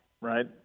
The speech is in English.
right